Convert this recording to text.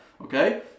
okay